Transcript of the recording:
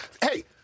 Hey